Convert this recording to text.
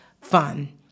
fun